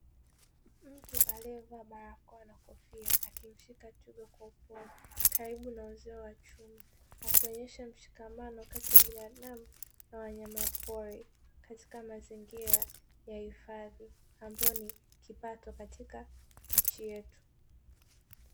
Mtu aliyevaa barakoa na kofia akimshika twiga kwa upole karibu na wazee wa chumvi, akionyesha mshikamano kati ya binadamu na wanyama pori katika mazingira ya hifadhi ambayo ni kipato katika nchi yetu.